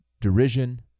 derision